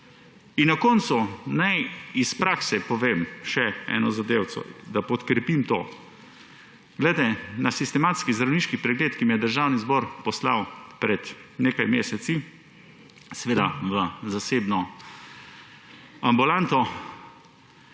In na koncu naj iz prakse povem še eno zadevico, da podkrepim to. Na sistematski zdravniški pregled, na katerega me je Državni zbor poslal pred nekaj meseci, seveda v zasebno ambulanto,